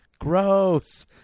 gross